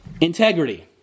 Integrity